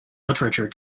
literature